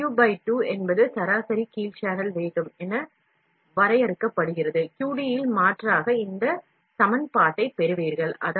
W 2 என்பது சராசரி down channel வேகம் என வரையறுக்கப்படுகிறது QD இல் W ஐ மாற்றினால் இந்த சமன்பாட்டைப் பெறலாம்